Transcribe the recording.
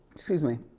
excuse me.